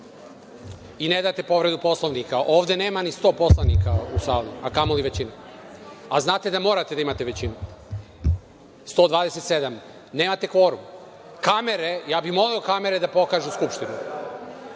i ne date povredu Poslovnika. Ovde nema ni 100 poslanika u sali, a kamoli većina. Znate da morate da imate većinu, 127. Nemate kvorum. Kamere, ja bih molio kamere da pokažu Skupštinu.